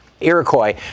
iroquois